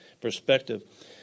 perspective